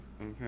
okay